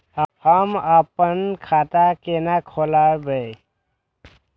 हम आपन खाता केना खोलेबे?